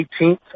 18th